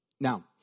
now